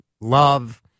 love